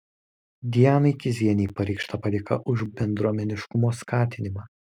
dianai kizienei pareikšta padėka už bendruomeniškumo skatinimą